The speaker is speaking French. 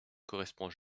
correspond